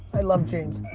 i love james.